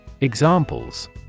Examples